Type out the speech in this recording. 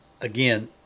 again